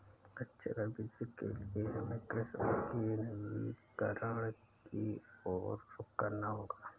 अच्छे भविष्य के लिए हमें कृषि वानिकी वनीकरण की और रुख करना होगा